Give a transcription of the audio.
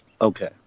okay